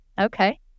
Okay